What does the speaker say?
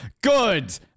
Good